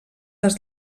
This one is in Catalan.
les